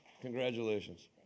Congratulations